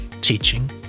teaching